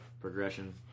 progression